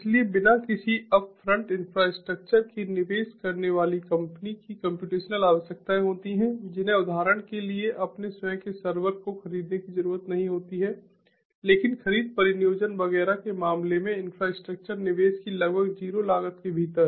इसलिए बिना किसी अपफ्रंट इंफ्रास्ट्रक्चर के निवेश करने वाली कंपनी की कम्प्यूटेशनल आवश्यकताएं होती हैं जिन्हें उदाहरण के लिए अपने स्वयं के सर्वर को खरीदने की ज़रूरत नहीं होती है लेकिन खरीद परिनियोजन वगैरह के मामले में इन्फ्रास्ट्रक्चर निवेश की लगभग 0 लागत के भीतर